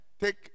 take